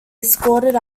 escorted